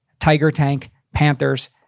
tiger tank, panthers,